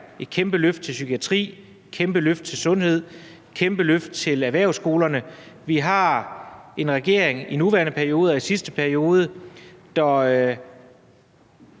et kæmpeløft til psykiatrien, et kæmpeløft til sundhedsområdet, et kæmpeløft til erhvervsskolerne. Vi har en regering, der i den nuværende periode og i den sidste periode har